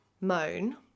moan